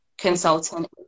consultant